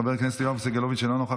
חבר הכנסת יואב סגלוביץ' אינו נוכח,